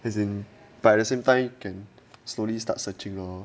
as in but at the same time can slowly start searching lor